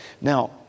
Now